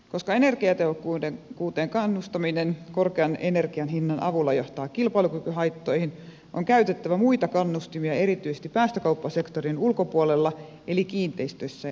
koska energiatehokkuuteen kannustaminen korkean energian hinnan avulla johtaa kilpailukykyhaittoihin on käytettävä muita kannustimia erityisesti päästökauppasektorin ulkopuolella eli kiinteistöissä ja liikenteessä